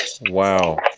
Wow